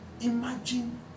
Imagine